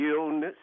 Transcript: illness